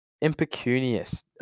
Impecunious